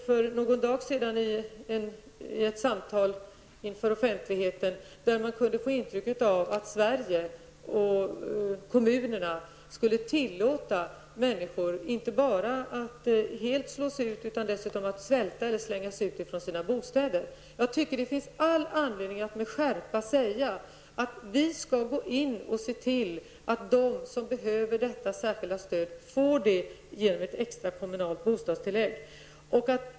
För någon dag sedan deltog jag i ett samtal inför offentligheten där man kunde få ett intryck av att Sverige och dess kommuner skulle tillåta att människor inte bara helt slogs ut utan dessutom skulle få svälta och slängas ut från sina bostäder. Det finns all anledning att med skärpa säga att vi skall se till att de som behöver detta särskilda stöd skall få det i form av ett extra kommunalt bostadstillägg.